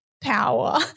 power